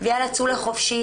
ויאללה צאו לחופשי.